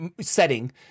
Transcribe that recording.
setting